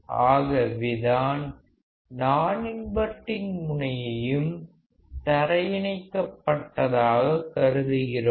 ஆகவே தான் நான் இன்வர்டிங் முனையையும் தரையிணைக்கப்பட்டதாக கருதுகிறோம்